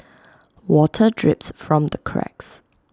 water drips from the cracks